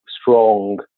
strong